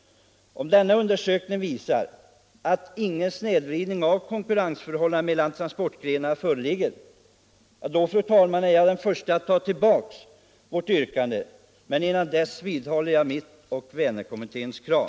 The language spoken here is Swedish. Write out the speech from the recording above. Om denna undersökning visar att ingen snedvridning av konkurrensförhållandena mellan transportgrenarna föreligger är jag, fru talman, den förste att ta tillbaka vårt yrkande. Men innan dess vidhåller jag mitt och Vänerkommitténs krav.